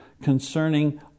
concerning